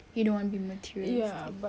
you don't want to be materialistic